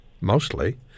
mostly